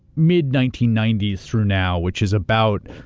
mid nineteen ninety s through now, which is about,